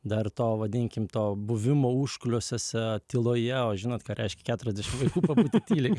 dar to vadinkim to buvimo užkulisiuose tyloje o žinot ką reiškia keturiasdešim vaikų pabūti tyliai